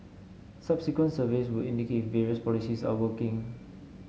subsequent surveys would indicate if various policies are working